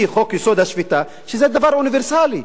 חוק-יסוד: השפיטה היא שזה דבר אוניברסלי.